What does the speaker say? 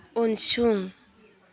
उनसं